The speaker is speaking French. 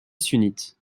sunnite